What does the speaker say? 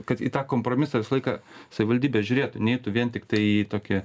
kad į tą kompromisą visą laiką savivaldybė žiūrėtų ne vien tiktai į tokį